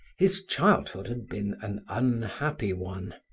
his childhood had been an unhappy one.